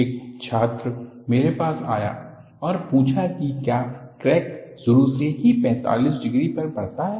एक छात्र मेरे पास आया और पूछा कि क्या क्रैक शुरू से ही 45 डिग्री पर बढ़ता है